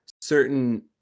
certain